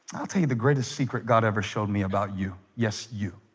i'll tell you the greatest secret god ever showed me about you. yes you